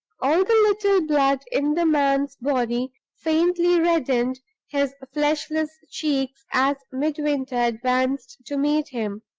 all the little blood in the man's body faintly reddened his fleshless cheeks as midwinter advanced to meet him,